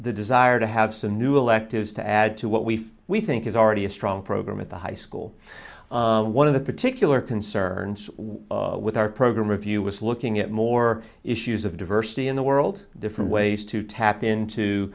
the desire to have some new electives to add to what we we think is already a strong program at the high school and one of the particular concerns with our program review was looking at more issues of diversity in the world different ways to tap into